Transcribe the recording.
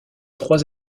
trois